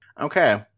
Okay